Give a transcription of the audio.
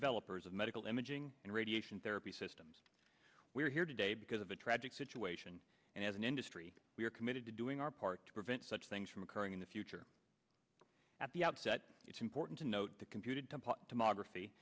developers of medical imaging and radiation therapy systems we are here today because of a tragic situation and as an industry we are committed to doing our part to prevent such things from occurring in the future at the outset it's important to note the computer tomogra